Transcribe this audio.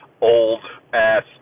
old-ass